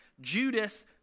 Judas